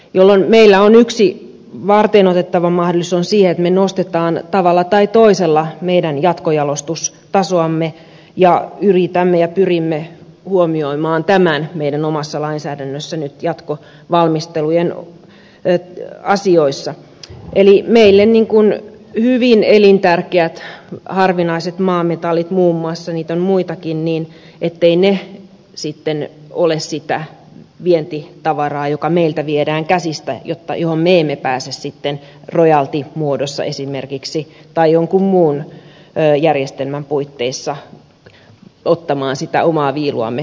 silloin meillä on yksi varteenotettava mahdollisuus siinä että me nostamme tavalla tai toisella meidän jatkojalostustasoamme ja yritämme ja pyrimme huomioimaan tämän meidän omassa lainsäädännössämme nyt jatkovalmistelujen asioissa etteivät meille hyvin elintärkeät harvinaiset maametallit muun muassa niitä on muitakin sitten ole sitä vientitavaraa joka meiltä viedään käsistä josta me emme pääse sitten esimerkiksi rojaltimuodossa tai jonkun muun järjestelmän puitteissa ottamaan sitä omaa viiluamme suomelle